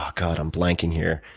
um god. i'm blanking here.